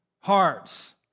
hearts